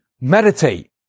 meditate